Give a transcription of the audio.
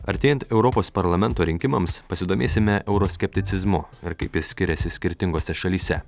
artėjant europos parlamento rinkimams pasidomėsime euroskepticizmu ir kaip jis skiriasi skirtingose šalyse